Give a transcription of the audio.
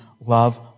Love